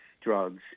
drugs